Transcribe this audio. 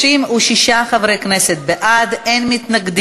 השבוע אושרה בוועדת השרים לענייני חקיקה הצעת